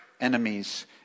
enemies